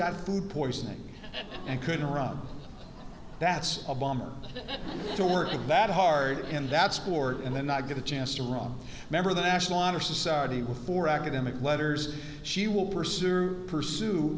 got food poisoning and couldn't run that's a bomb to work that hard in that sport and then not get a chance to wrong member of the national honor society with four academic letters she will pursue pursue